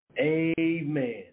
Amen